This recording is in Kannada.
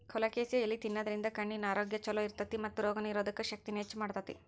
ಕೊಲೊಕೋಸಿಯಾ ಎಲಿನಾ ತಿನ್ನೋದ್ರಿಂದ ಕಣ್ಣಿನ ಆರೋಗ್ಯ್ ಚೊಲೋ ಇರ್ತೇತಿ ಮತ್ತ ರೋಗನಿರೋಧಕ ಶಕ್ತಿನ ಹೆಚ್ಚ್ ಮಾಡ್ತೆತಿ